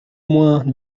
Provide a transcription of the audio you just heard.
moins